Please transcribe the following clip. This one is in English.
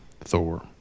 Thor